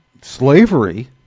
slavery